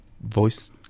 voice